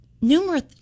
numerous